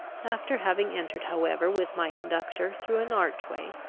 after having entered however with my conductor through an archway,